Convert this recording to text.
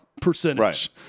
percentage